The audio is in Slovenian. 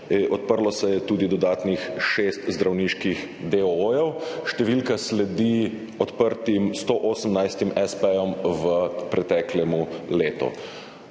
odprlo se je tudi dodatnih 6 zdravniških deoojev, številka sledi odprtim 118 espejem v preteklem letu.